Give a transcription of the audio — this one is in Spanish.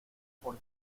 por